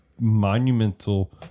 monumental